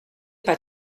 pas